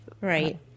Right